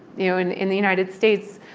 you know, in in the united states,